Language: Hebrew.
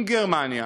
עם גרמניה.